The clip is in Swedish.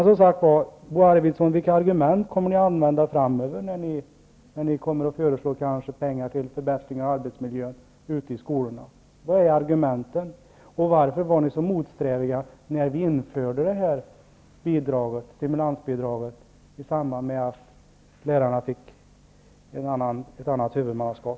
Bo Arvidson, vilka argument kommer ni att använda framöver när ni kanske kommer att föreslå pengar till förbättringar av arbetsmiljön ute i skolorna? Och varför var ni så motsträviga när vi införde stimulansbidraget i samband med att lärarna fick ett annat huvudmannaskap?